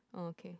oh okay